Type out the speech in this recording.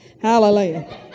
Hallelujah